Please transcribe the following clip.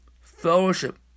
fellowship